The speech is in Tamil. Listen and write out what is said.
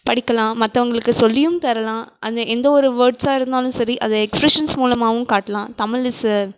படிக்கலாம் மற்றவங்களுக்கு சொல்லியும் தரலாம் அது எந்த ஒரு வேர்ட்ஸ்ஸாக இருந்தாலும் சரி அது எக்ஸ்பிரஷன்ஸ் மூலமாகவும் காட்டலாம் தமிழ் ஈஸ் அ